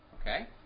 Okay